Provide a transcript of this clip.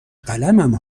قلمم